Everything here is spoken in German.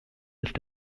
ist